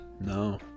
No